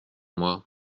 moi